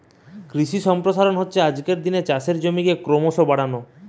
কৃষি সম্প্রসারণ হচ্ছে আজকের দিনে চাষের জমিকে ক্রোমোসো বাড়ানো